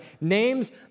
Names